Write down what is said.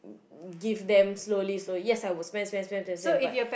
give them slowly slowly yes I will spend spend spend but